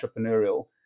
entrepreneurial